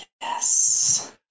yes